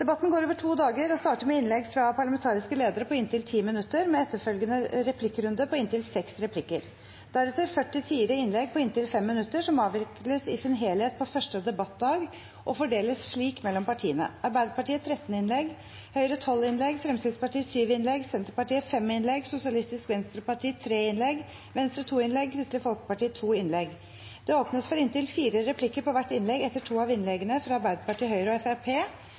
Debatten går over to dager og starter med innlegg fra parlamentariske ledere på inntil 10 minutter, med etterfølgende replikkrunde på inntil seks replikker, deretter 44 innlegg på inntil 5 minutter, som avvikles i sin helhet på første debattdag og fordeles slik mellom partiene: Arbeiderpartiet 13 innlegg, Høyre 12 innlegg, Fremskrittspartiet 7 innlegg, Senterpartiet 5 innlegg, Sosialistisk Venstreparti 3 innlegg, Venstre 2 innlegg og Kristelig Folkeparti 2 innlegg. Det åpnes for inntil fire replikker på hvert innlegg etter to av innleggene fra Arbeiderpartiet, Høyre og